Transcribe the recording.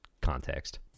context